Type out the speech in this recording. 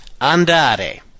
Andare